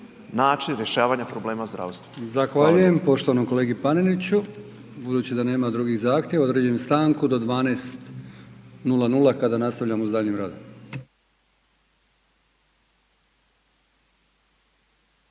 **Brkić, Milijan (HDZ)** Zahvaljujem poštovanom kolegi Paneniću. Budući da nema drugih zahtjeva, određujem stanku od 12,00h kada nastavljamo s daljnjim radom.